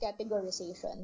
categorization